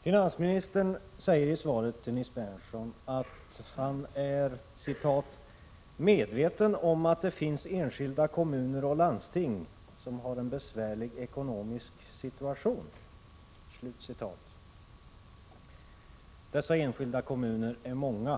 Herr talman! Finansministern säger i svaret till Nils Berndtson att han ”är medveten om att det finns enskilda kommuner och landsting som har en besvärlig ekonomisk situation”. Dessa enskilda kommuner är många,